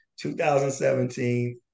2017